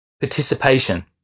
Participation